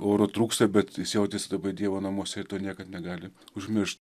oro trūksta bet jis jautės dievo namuose ir to niekad negali užmirš